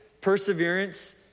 perseverance